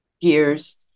years